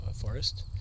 forest